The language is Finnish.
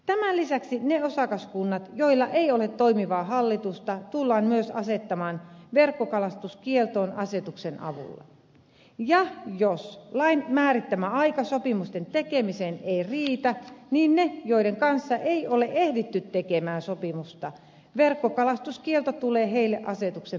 tämän lisäksi ne osakaskunnat joilla ei ole toimivaa hallitusta tullaan myös asettamaan verkkokalastuskieltoon asetuksen avulla ja jos lain määrittämä aika sopimusten tekemiseen ei riitä niin niille joiden kanssa ei ole ehditty tekemään sopimusta verkkokalastuskielto tulee asetuksen määrittämänä